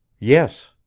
yes,